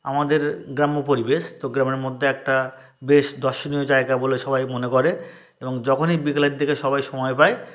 আমাদের গ্রাম্য পরিবেশ তো গ্রামের মধ্যে একটা বেশ দর্শনীয় জায়গা বলে সবাই মনে করে এবং যখনই বিকেলের দিকে সবাই সময় পায়